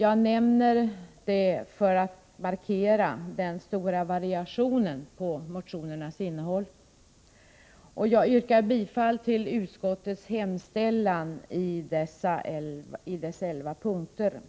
Jag gör denna uppräkning för att markera den stora variationen i innehållet i motionerna. Redan nu ber jag att få yrka bifall till utskottets hemställan i dess elva punkter.